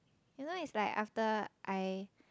you know it's like after I